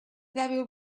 devil